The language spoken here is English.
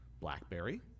Blackberry